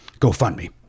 GoFundMe